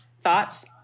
Thoughts